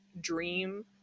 dream